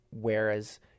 whereas